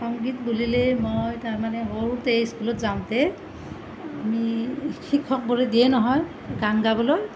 সংগীত বুলিলে মই তাৰমানে সৰুতেই স্কুলত যাওঁতেই আমি শিক্ষকবোৰে দিয়ে নহয় গান গাবলৈ